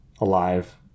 alive